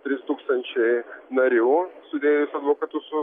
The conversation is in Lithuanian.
trys tūkstančiai narių sudėjus advokatus su